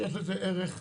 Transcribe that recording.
שיש לזה ערך.